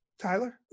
Tyler